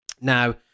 Now